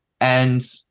And-